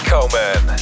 Coleman